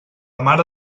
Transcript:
mare